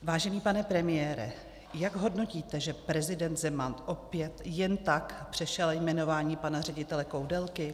Vážený pane premiére, jak hodnotíte, že prezident Zeman opět jen tak přešel jmenování pana ředitele Koudelky?